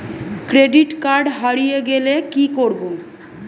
Credit card হারিয়ে গেলে কি করব?